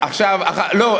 לא,